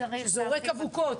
שזורק אבוקות,